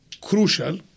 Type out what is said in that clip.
crucial